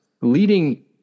leading